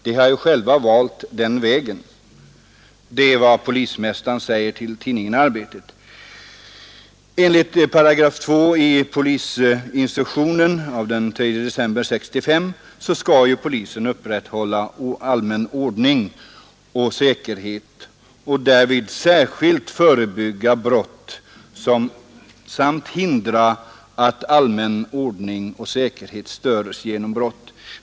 De har ju själva valt den vägen.” Enligt 2 § i polisinstruktionen av den 3 december 1965 har polisen att upprätthålla allmän ordning och säkerhet och att därvid särskilt ”förebygga brott samt hindra att den allmänna ordningen och säkerheten störes genom brott”.